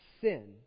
sin